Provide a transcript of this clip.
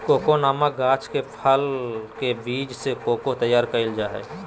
cocoa नामक गाछ के फल के बीज से कोको तैयार कइल जा हइ